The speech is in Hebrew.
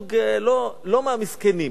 זוג לא מהמסכנים.